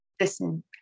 Listen